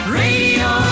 radio